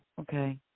Okay